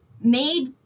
made